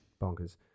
Bonkers